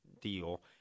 deal